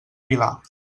vilar